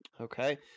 Okay